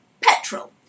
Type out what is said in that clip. petrol